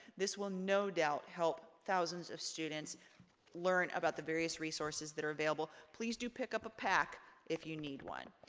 this will no doubt help thousands of students learn about the various resources that are available. please do pick up a pack if you need one.